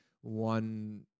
one